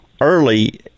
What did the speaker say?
early